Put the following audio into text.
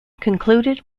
concluded